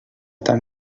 tan